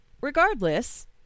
Regardless